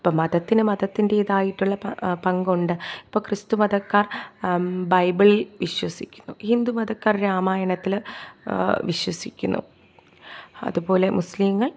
ഇപ്പം മതത്തിന് മതത്തിൻ്റെതായിട്ടുള്ള പങ്ക് പങ്കുണ്ട് ഇപ്പോൾ ക്രിസ്തുമതക്കാർ ബൈബിളിൽ വിശ്വസിക്കുന്നു ഹിന്ദു മതക്കാർ രാമായണത്തിൽ വിശ്വസിക്കുന്നു അതുപോലെ മുസ്ലീങ്ങൾ